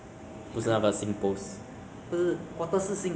是新加坡人开的还是日本